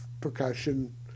percussion